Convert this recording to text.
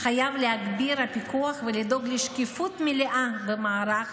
חייב להגביר את הפיקוח ולדאוג לשקיפות מלאה במערך